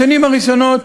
בשנים הראשונות,